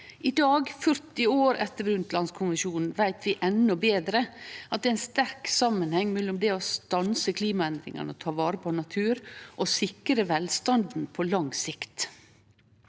I dag, 40 år etter Brundtland-kommisjonen, veit vi endå betre at det er ein sterk samanheng mellom det å stanse klimaendringane og ta vare på natur og sikre velstanden på lang sikt.